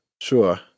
Sure